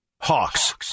Hawks